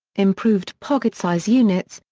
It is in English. improved pocket-size units,